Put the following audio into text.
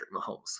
mahomes